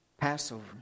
Passover